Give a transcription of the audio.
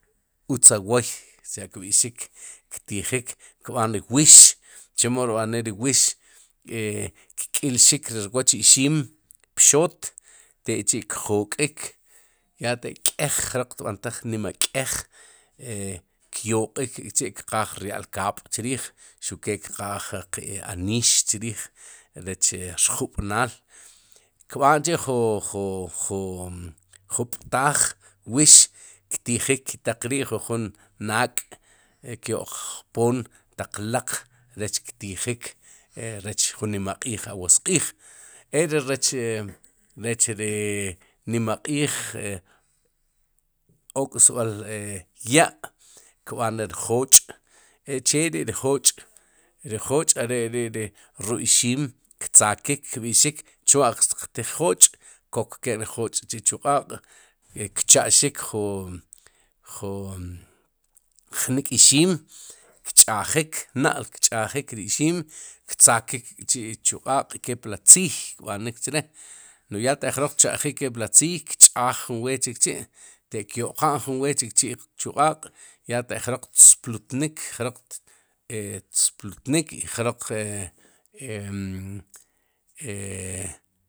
utza wooy cha'kb'ixik ktijik kb'aan re wiix chemo rb'anik ri wiix e kk'ilxik ri rwooch ixim, pxoot tek'chi'kjok'ik ya taq kéej jroq tb'antaj nima k'eej e kyoq'ik k'chi' kqaaj rya'l kaab'chriij, xuq kee kqaaj qe aniix chriij rech rjub'naal kb'aan k'chi'jun ju ju juptaaj wiix ktijik kitaq rii jujun naak' kyo'qpoom taq laq rech ktijik rech ju nima q'iij awoosq'iij ek'ri rech e rech ri nimaq'iij e ok'b'al e ya' kb'aan re ri jooch' cheri ri'ri jooch'ri jooch'are ri ri ru ixiim ktzakiik kb'ixik chwa'q xtiq tiij jooch' kokkeen ri jooch'chi'chu q'aaq' kcha'xik ju ju jnik'ixiim kch'ajik na'l kch'ajik ri ixiim ktzakiik k'chi'chu q'aaq' kepli tziiy kb'anik chre, nu'j ya taq jroq tcheq'jik kepli tziiy kch'aaj jun weet chikchi' tek'kyo'qa'n jun weet chichi'chu q'aaq' ya taq jroq tsplutnik, jroq e tsplutnik i jroq em e.